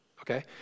okay